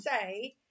say